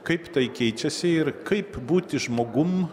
kaip tai keičiasi ir kaip būti žmogum